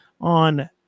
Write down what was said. on